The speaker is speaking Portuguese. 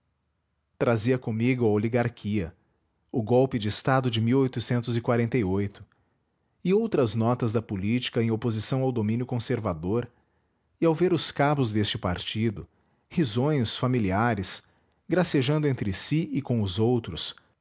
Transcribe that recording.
trazia comigo a oligarquia o golpe de estado de e outras notas da política em oposição ao domínio conservador e ao ver os cabos deste partido risonhos familiares gracejando entre si e com os outros